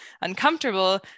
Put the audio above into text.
uncomfortable